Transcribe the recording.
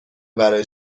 برای